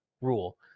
rule